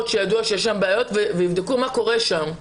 שידוע שיש שם בעיות ויבדקו מה קורה שם.